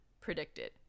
predicted